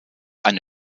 eine